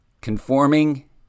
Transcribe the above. conforming